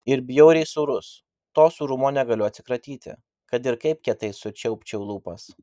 ir bjauriai sūrus to sūrumo negaliu atsikratyti kad ir kaip kietai sučiaupčiau lūpas